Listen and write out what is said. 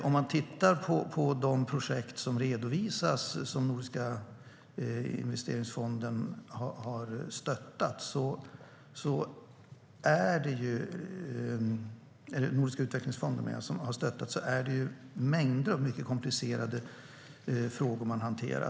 Om man tittar på de projekt som redovisas och som Nordiska utvecklingsfonden har stöttat är det mängder av mycket komplicerade frågor som man har hanterat.